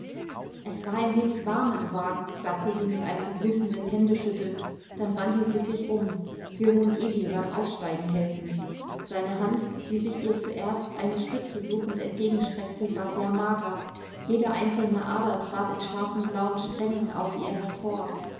es war ein wenig warm im wagen sagte sie mit einem begrüßenden händeschütteln dann wandte sie sich um jörun egil beim aussteigen helfend seine hand die sich ihr zuerst eine stütze suchend entgegenstreckte war sehr mager jede einzelne ader trat in scharfen blauen strängen auf ihr hervor